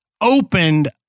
opened